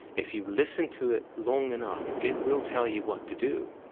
if you listen to it long enough, it will tell you what to do.